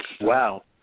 Wow